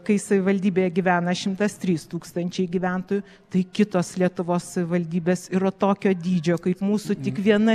kai savivaldybėje gyvena šimtas trys tūkstančiai gyventojų tai kitos lietuvos savivaldybės yra tokio dydžio kaip mūsų tik viena